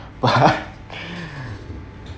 what